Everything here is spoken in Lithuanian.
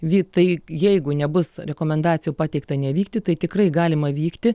vytai jeigu nebus rekomendacijų pateikta nevykti tai tikrai galima vykti